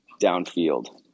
downfield